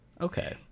okay